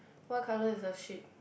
what colour is the sheep